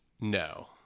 no